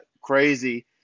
crazy